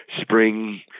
spring